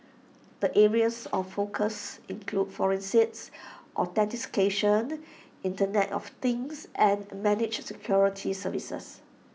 the areas of focus include forensics authentication Internet of things and managed security services